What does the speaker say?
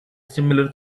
similar